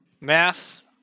Math